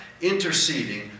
interceding